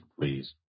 please